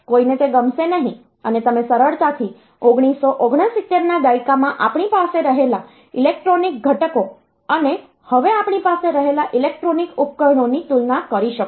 કોઈને તે ગમશે નહીં અને તમે સરળતાથી 1969 ના દાયકામાં આપણી પાસે રહેલા ઇલેક્ટ્રોનિક ઘટકો અને હવે આપણી પાસે રહેલા ઇલેક્ટ્રોનિક ઉપકરણોની તુલના કરી શકો છો